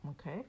Okay